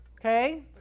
Okay